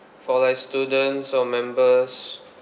for like students or members